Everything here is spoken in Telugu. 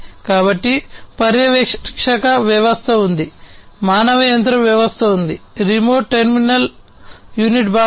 కాబట్టి పర్యవేక్షక వ్యవస్థ ఉంది మానవ యంత్ర వ్యవస్థ ఉంది రిమోట్ టెర్మినల్ యూనిట్ భాగం ఉంది